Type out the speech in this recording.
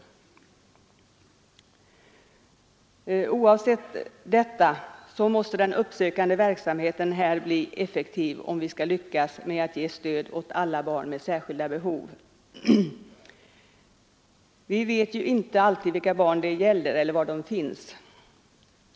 Men oavsett detta måste den uppsökande verksamheten bli effektiv om vi skall lyckas med att ge stöd åt alla barn med särskilda behov. Vi vet ju inte alltid vilka barn det gäller eller var de finns.